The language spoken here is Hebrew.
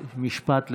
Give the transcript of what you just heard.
גברתי, משפט לסיום,